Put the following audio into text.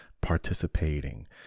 participating